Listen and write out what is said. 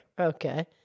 Okay